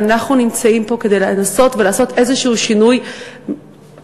ואנחנו נמצאים פה כדי לנסות ולעשות איזשהו שינוי מיידי,